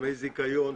דמי זיכיון,